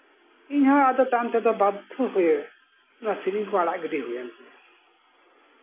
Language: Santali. ᱤᱧ ᱦᱚᱸ ᱟᱫᱚ ᱛᱟᱭᱚᱢ ᱛᱮᱫᱚ ᱵᱟᱫᱽᱫᱷᱚ ᱦᱚᱭᱮ ᱱᱚᱣᱟ ᱥᱮᱨᱮᱧ ᱠᱚ ᱟᱲᱟᱜ ᱜᱤᱰᱤ ᱦᱩᱭ ᱮᱱ ᱛᱤᱧᱟ